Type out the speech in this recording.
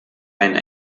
einen